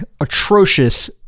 atrocious